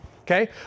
okay